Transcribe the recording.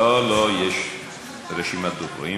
לא, לא, יש רשימת דוברים.